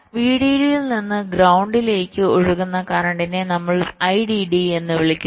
VDD യിൽ നിന്ന് ഗ്രൌണ്ടിലേക്ക് ഒഴുകുന്ന കറന്റിനെ നമ്മൾ IDD എന്ന് വിളിക്കുന്നു